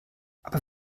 aber